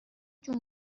جون